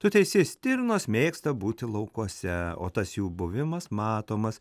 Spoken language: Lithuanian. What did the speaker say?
tu teisi stirnos mėgsta būti laukuose o tas jų buvimas matomas